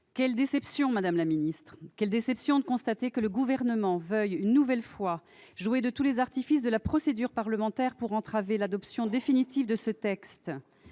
Quelle déception, madame la ministre ! Quelle déception de constater que le Gouvernement veut une nouvelle fois jouer de tous les artifices de la procédure parlementaire pour entraver l'adoption définitive de ce texte